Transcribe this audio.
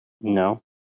No